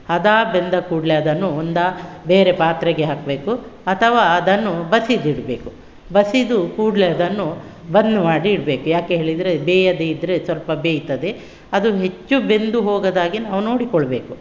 ಹದ ಬೆಂದ ಕೂಡಲೇ ಅದನ್ನು ಒಂದಾ ಬೇರೆ ಪಾತ್ರೆಗೆ ಹಾಕಬೇಕು ಅಥವಾ ಅದನ್ನು ಬಸಿದಿಡಬೇಕು ಬಸಿದು ಕೂಡಲೇ ಅದನ್ನು ಬಂದು ಮಾಡಿ ಇಡಬೇಕು ಯಾಕೆ ಹೇಳಿದರೆ ಬೇಯದೇ ಇದ್ದರೆ ಸ್ವಲ್ಪ ಬೇಯ್ತದೆ ಅದು ಹೆಚ್ಚು ಬೆಂದು ಹೋಗದ ಹಾಗೆ ನಾವು ನೋಡಿಕೊಳ್ಳಬೇಕು